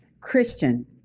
Christian